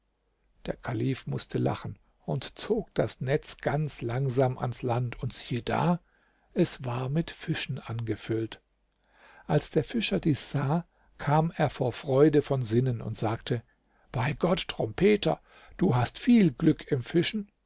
der kalif mußte lachen und zog das netz ganz langsam ans land und siehe da es war mit fischen angefüllt als der fischer dies sah kam er vor freude von sinnen und sagte bei gott trompeter du hast viel glück im fischen